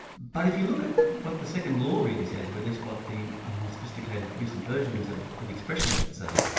but if you look at what the second law really says, or at least what the ah more sophisticated recent versions of expression of it say,